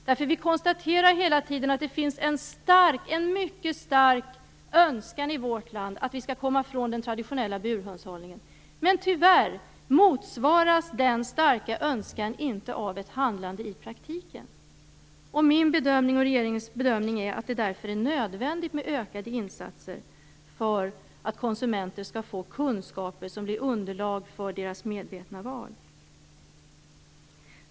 Vi konstaterar nämligen hela tiden att det finns en mycket stark önskan i vårt land att vi skall komma ifrån den traditionella burhönshållningen. Men tyvärr motsvaras den starka önskan inte av ett handlande i praktiken. Min och regeringens bedömning är att det därför är nödvändigt med ökade insatser för att konsumenterna skall få kunskaper som blir underlag för deras medvetna val.